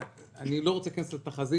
אני לא רוצה להיכנס לתחזית,